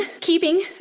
keeping